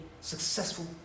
successful